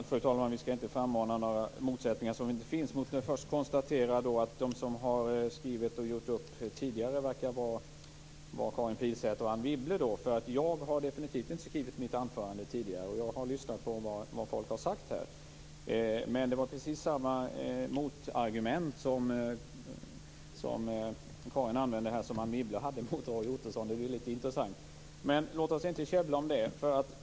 Fru talman! Vi skall inte frammana några motsättningar som inte finns. Låt mig först konstatera att de som har skrivit och gjort upp tidigare verkar vara Karin Pilsäter och Anne Wibble. Jag har definitivt inte skrivit mitt anförande tidigare, och jag har lyssnat på vad folk har sagt. Men Karin Pilsäter använde här precis samma motargument som Anne Wibble gjorde mot Roy Ottosson. Det var litet intressant. Men låt oss inte käbbla om det.